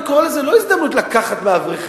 אני קורא לזה לא הזדמנות לקחת מאברכים,